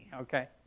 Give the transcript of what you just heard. okay